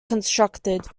constructed